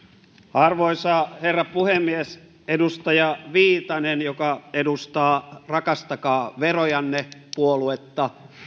arvoisa herra puhemies edustaja viitanen joka edustaa rakastakaa verojanne puoluetta